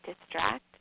distract